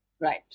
Right